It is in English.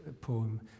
poem